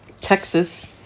Texas